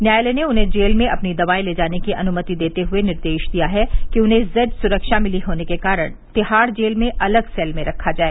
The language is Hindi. न्यायालय ने उन्हें जेल में अपनी दवाएं ले जाने की अनुमति देते हुए निर्देश दिया है कि उन्हें जेड सुरक्षा मिली होने के कारण तिहाड़ जेल में अलग सेल में रखा जाए